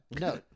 no